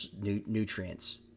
nutrients